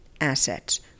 assets